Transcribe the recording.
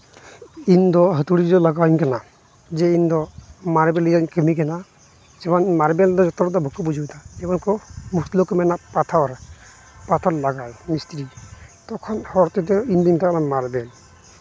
ᱤᱧᱫᱚ ᱦᱟᱹᱛᱩᱲᱤ ᱡᱩᱛ ᱞᱟᱜᱟᱣ ᱤᱧ ᱠᱟᱱᱟ ᱡᱮ ᱤᱧᱫᱚ ᱢᱟᱨᱵᱮᱞ ᱨᱮᱭᱟᱜ ᱤᱧ ᱠᱟᱹᱢᱤ ᱠᱟᱱᱟ ᱡᱮᱢᱚᱱ ᱢᱟᱨᱵᱮᱞ ᱫᱚ ᱡᱚᱛᱚ ᱦᱚᱲᱫᱚ ᱵᱟᱠᱚ ᱵᱩᱡᱟ ᱡᱮᱢᱚᱱ ᱢᱩᱥᱞᱟᱹ ᱠᱚ ᱢᱮᱱᱟ ᱯᱟᱛᱷᱚᱨ ᱯᱟᱛᱷᱚᱨ ᱞᱟᱜᱟᱜᱼᱟ ᱢᱤᱥᱛᱨᱤ ᱛᱚᱠᱷᱚᱱ ᱦᱚᱲ ᱛᱮᱜᱮ ᱤᱧᱫᱩᱧ ᱢᱮᱛᱟ ᱠᱚᱣᱟ ᱢᱟᱨᱵᱮᱞ